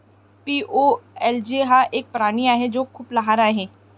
एपिओलोजी हा एक प्राणी आहे जो खूप लहान आहे